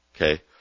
Okay